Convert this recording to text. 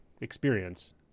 experience